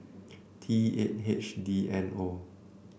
T eight H D N zero